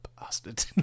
bastard